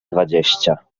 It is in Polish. dwadzieścia